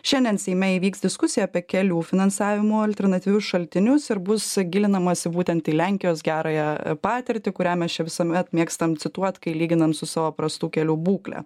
šiandien seime įvyks diskusija apie kelių finansavimo alternatyvius šaltinius ir bus gilinamasi būtent į lenkijos gerąją patirtį kurią mes čia visuomet mėgstam cituoti kai lyginam su savo prastų kelių būkle